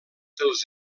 dels